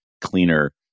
cleaner